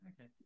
Okay